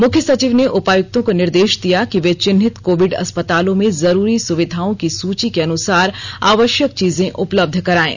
मुख्य सचिव ने उपायुक्तों को निर्देश दिया कि वे चिह्नित कोविड अस्पतालों में जरूरी सुविधाओं की सूची के अनुसार आवष्यक चीजें उपलब्ध करायें